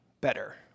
better